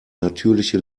natürliche